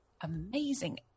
amazing